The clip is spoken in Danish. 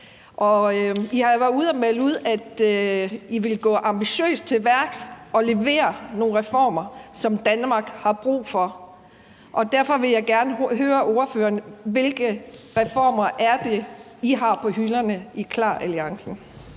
I har meldt ud, at I vil gå ambitiøst til værks og levere nogle reformer, som Danmark har brug for, og derfor vil jeg gerne høre ordføreren, hvilke reformer det er, I har på hylderne i KLAR-alliancen.